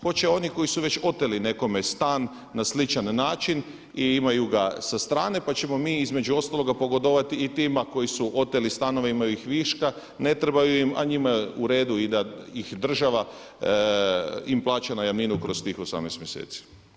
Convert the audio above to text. Hoće oni koji su već oteli nekome stan na sličan način i imaju ga sa strane pa ćemo mi između ostalog pogodovati i tima koji su oteli stanove i imaju ih viška, ne trebaju ima a njima je u redu i da ih država im plaća najamninu kroz tih 18 mjeseci.